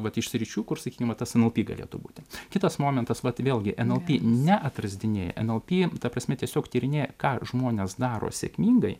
vat iš sričių kur sakykim nlp galėtų būti kitas momentas vat vėlgi nlp neatrazdinėja nlp ta prasme tiesiog tyrinėja ką žmonės daro sėkmingai